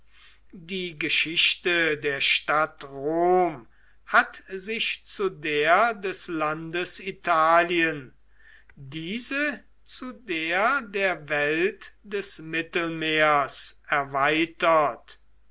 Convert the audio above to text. die geschichte der stadt rom hat sich zu der des landes italien diese zu der der welt des mittelmeers erweitert